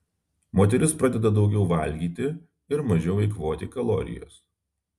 moteris pradeda daugiau valgyti ir mažiau eikvoti kalorijas